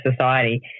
society